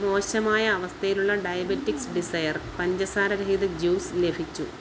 മോശമായ അവസ്ഥയിലുള്ള ഡയബെറ്റിക്സ് ഡിസയർ പഞ്ചസാര രഹിത ജ്യൂസ് ലഭിച്ചു